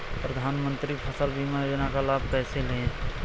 प्रधानमंत्री फसल बीमा योजना का लाभ कैसे लें?